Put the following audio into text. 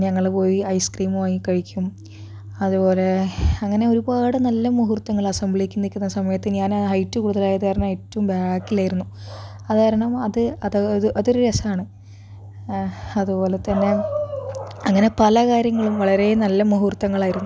ഞങ്ങൾ പോയി ice cream വാങ്ങി കഴിക്കും അതുപോലെ അങ്ങനെ ഒരുപാട് നല്ല മുഹൂർത്തങ്ങൾ അസംബ്ലിക്ക് നിൽക്കുന്ന സമയത്ത് ഞാൻ ഹൈറ്റ് കൂടുതലായത് കാരണം ഏറ്റവും ബാക്കിലായിരുന്നു അതുകാരണം അത് അത് അതൊരു രസമാണ് അതുപോലെത്തന്നെ അങ്ങനെ പല കാര്യങ്ങളും വളരെ നല്ല മുഹൂർത്തങ്ങളായിരുന്നു